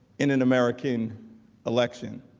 in an american election